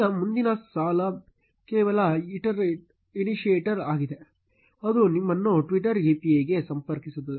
ಈಗ ಮುಂದಿನ ಸಾಲು ಕೇವಲ ಇನಿಶಿಯೇಟರ್ ಆಗಿದೆ ಅದು ನಿಮ್ಮನ್ನು ಟ್ವಿಟರ್ API ಗೆ ಸಂಪರ್ಕಿಸುತ್ತದೆ